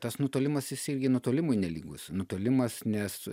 tas nutolimas irgi nutolimui nelygus nutolimas nes